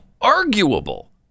arguable